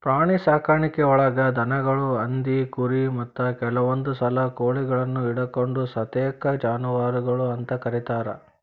ಪ್ರಾಣಿಸಾಕಾಣಿಕೆಯೊಳಗ ದನಗಳು, ಹಂದಿ, ಕುರಿ, ಮತ್ತ ಕೆಲವಂದುಸಲ ಕೋಳಿಗಳನ್ನು ಹಿಡಕೊಂಡ ಸತೇಕ ಜಾನುವಾರಗಳು ಅಂತ ಕರೇತಾರ